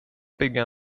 bygga